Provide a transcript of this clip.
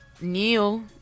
Neil